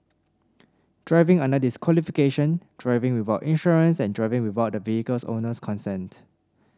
driving under disqualification driving without insurance and driving without the vehicle owner's consent